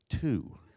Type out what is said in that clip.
Two